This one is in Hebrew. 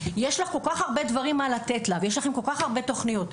יש לך כל כך הרבה דברים לתת לה וכל כך הרבה תוכניות,